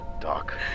Doc